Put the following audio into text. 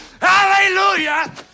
Hallelujah